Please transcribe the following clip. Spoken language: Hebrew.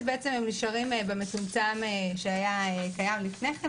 אז הם נשארים במצומצם שהיה קיים לפני כן,